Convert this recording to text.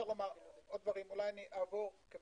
רק